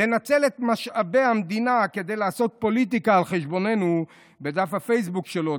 כדי לנצל את משאבי המדינה ולעשות פוליטיקה על חשבוננו בדף הפייסבוק שלו,